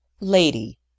Lady